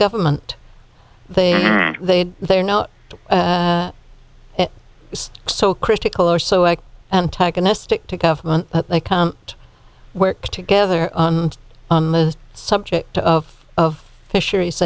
government they they they are not so critical or so antagonistic to government that they can't work together on the subject of of fisheries